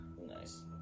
Nice